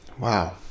Wow